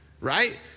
right